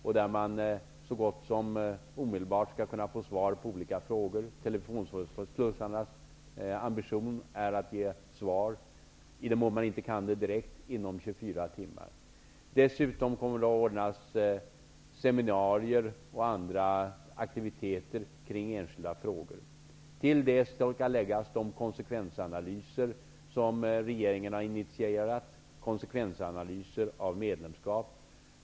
Man skall så gott som omedelbart kunna få svar på olika frågor. Telefonslussarnas ambition är att i den mån man inte kan ge svar direkt ge ett svar inom 24 timmar. Dessutom kommer det att ordnas seminarier och andra aktivitetern kring enskilda frågor. Till detta skall läggas de konsekvensanalyser av medlemskap som regeringen har intitierat.